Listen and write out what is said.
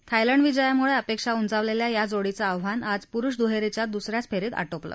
Thailand विजयामुळे अपेक्षा उंचावलेल्या या जोडीचं आव्हान आज पुरुष दुहेरीच्या दुसऱ्याच फेरीत आटोपलं